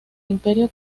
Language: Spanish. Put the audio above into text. imperio